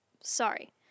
Sorry